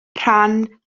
rhan